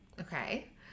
Okay